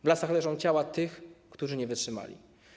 W lasach leżą ciała tych, którzy nie wytrzymali.